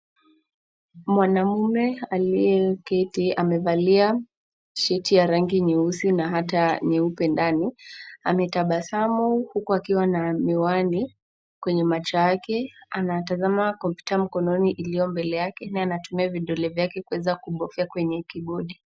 Mwanaume aliyeketi amevalia tishati ya rangi nyeusi na hata nyeupe ndani. Ametabasamu huku akiwa na miwani kwenye macho yake. Anatazama kompyuta mkononi iliyo mbele yake na anatumia vidole vyake kuweza kubofya kwenye kibodi.